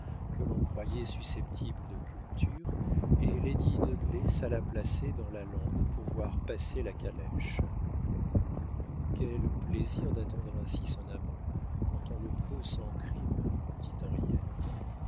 que l'on croyait susceptibles de culture et lady dudley s'alla placer dans la lande pour voir passer la calèche quel plaisir d'attendre ainsi son amant quand on le peut sans crime dit